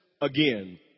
again